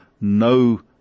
no